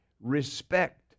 respect